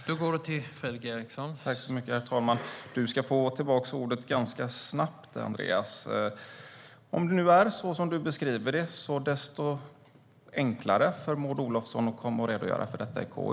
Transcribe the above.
Herr talman! Du ska, Andreas, få tillbaka ordet ganska snabbt. Om det nu är som du beskriver det, desto enklare för Maud Olofsson att komma och redogöra för detta i KU.